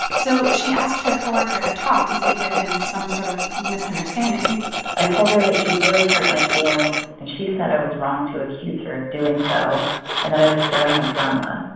so she asked her co-worker to talk, to see if there had been some sort of misunderstanding i told her that she'd really hurt my feelings, and she said i was wrong to accuse her of doing so and that i was stirring up drama.